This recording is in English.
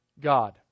God